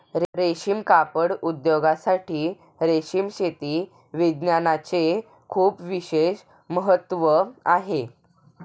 रेशीम कापड उद्योगासाठी रेशीम शेती विज्ञानाचे खूप विशेष महत्त्व आहे